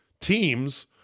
teams